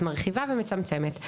את מרחיבה ומצמצמת.